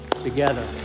together